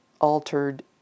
altered